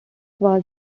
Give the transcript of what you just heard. was